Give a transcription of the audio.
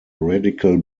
radical